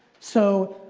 so,